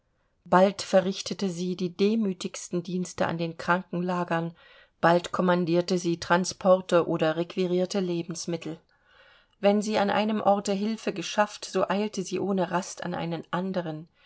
bald verrichtete sie die demütigsten dienste an den krankenlagern bald kommandierte sie transporte oder requirierte lebensmittel wenn sie an einem orte hilfe geschafft so eilte sie ohne rast an einen andern